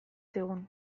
zigun